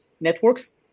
networks